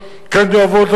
אם אתם לא תוותרו על זכויות,